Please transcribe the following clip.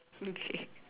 okay